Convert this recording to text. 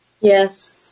Yes